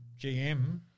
GM